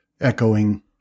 echoing